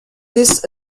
this